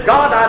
God